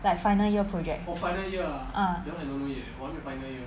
like final year project ah